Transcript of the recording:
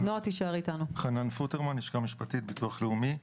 אני מן הלשכה המשפטית בביטוח הלאומי.